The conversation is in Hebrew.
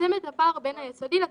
לצמצם את הפער בין היסודי לתיכון,